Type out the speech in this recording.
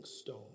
stone